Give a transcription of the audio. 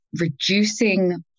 reducing